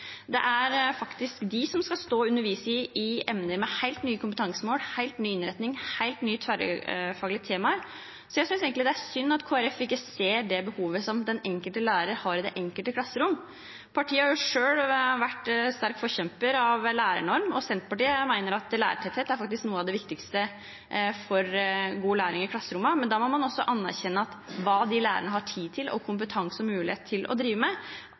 Det er faktisk de som skal stå og undervise i emner med helt nye kompetansemål, en helt ny innretning, helt nye tverrfaglige temaer. Jeg synes egentlig det er synd at Kristelig Folkeparti ikke ser det behovet den enkelte lærer har i det enkelte klasserom. Partiet har jo selv vært en sterk forkjemper for en lærernorm, og Senterpartiet mener at lærertetthet faktisk er noe av det viktigste for god læring i klasserommet. Men da må man også anerkjenne hva de lærerne har tid og kompetanse og mulighet til å drive med,